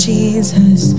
Jesus